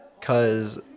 cause